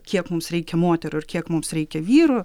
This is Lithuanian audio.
kiek mums reikia moterų ir kiek mums reikia vyrų